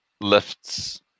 lifts